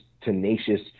tenacious